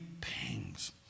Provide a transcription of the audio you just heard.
pangs